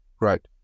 Right